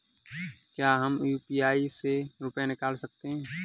क्या हम यू.पी.आई से रुपये निकाल सकते हैं?